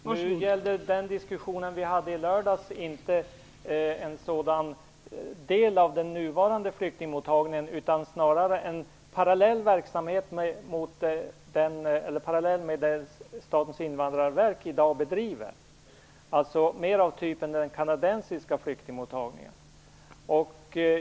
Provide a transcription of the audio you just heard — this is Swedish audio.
Fru talman! Nu gällde den diskussion som vi hade i lördags inte en sådan del av den nuvarande flyktingmottagningen. Det handlade snarare om en verksamhet som drivs parallellt med den som Statens invandrarverk i dag bedriver, alltså en mottagning mera av kanadensisk typ.